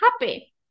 happy